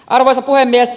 arvoisa puhemies